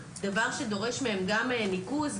דבר שדורש מהם ניקוז,